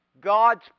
God's